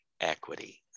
equity